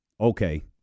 Okay